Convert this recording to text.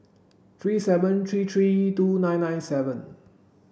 three seven three three two nine nine seven